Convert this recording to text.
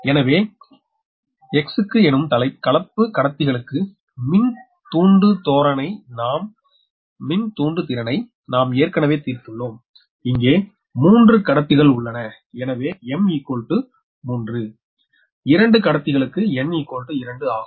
எனவே க்ஸ் எனும் கலப்பு கடத்திகளுக்கு மின் தூண்டுதோறணை நாம் ஏற்கனவே தீர்த்துள்ளோம் இங்கே 3 கடத்திகள் உள்ளன எனவே m 3 மற்றும் இரண்டு கடத்திகளுக்கு n 2 ஆகும்